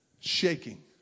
shaking